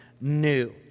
new